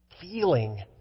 feeling